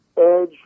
edge